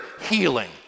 healing